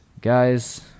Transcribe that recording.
Guys